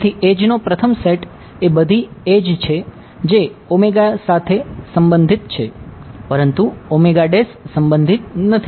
તેથી એડ્જ છે જે સંબંધિત છે પરંતુ સંબંધિત નથી